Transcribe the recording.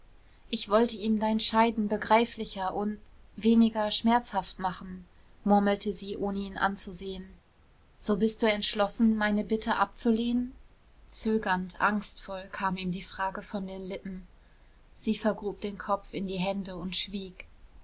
ich wollte ihm dein scheiden begreiflicher und weniger schmerzhaft machen murmelte sie ohne ihn anzusehen so bist du entschlossen meine bitte abzulehnen zögernd angstvoll kam ihm die frage von den lippen sie vergrub den kopf in die hände und schwieg